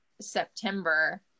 september